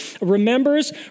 remembers